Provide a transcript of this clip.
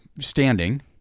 standing